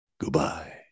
Goodbye